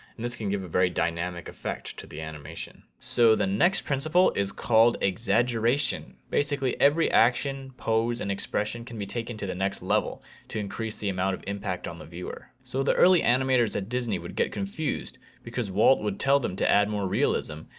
and this can give a very dynamic effect to the animation. so the next principle is called exaggeration. basically every action, pose and expression can be taken to the next level to increase the amount of impact on the viewer. so the early animators that disney would get confused because walt would tell them to add more realism,